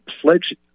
pledge